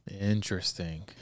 Interesting